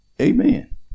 amen